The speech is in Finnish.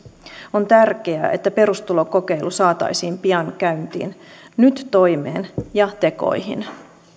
on tärkeää että perustulokokeilu saataisiin pian käyntiin nyt toimeen ja tekoihin